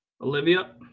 Olivia